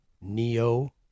Neo-